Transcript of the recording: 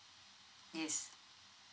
yes